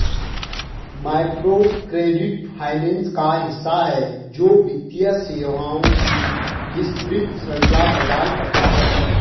microcredit finance का हिस्सा है, जो वित्तीय सेवाओं की विस्तृत श्रृंखला प्रदान करता है